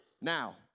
now